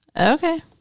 Okay